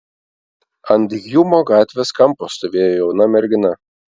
ant hjumo gatvės kampo stovėjo jauna mergina